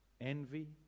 Envy